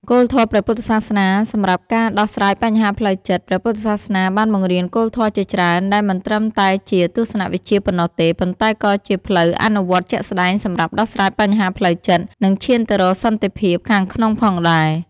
គោលធម៌ព្រះពុទ្ធសាសនាសម្រាប់ការដោះស្រាយបញ្ហាផ្លូវចិត្ត ព្រះពុទ្ធសាសនាបានបង្រៀនគោលធម៌ជាច្រើន ដែលមិនត្រឹមតែជាទស្សនវិជ្ជាប៉ុណ្ណោះទេ ប៉ុន្តែក៏ជាផ្លូវអនុវត្តជាក់ស្តែងសម្រាប់ដោះស្រាយបញ្ហាផ្លូវចិត្ត និងឈានទៅរកសន្តិភាពខាងក្នុងផងដែរ។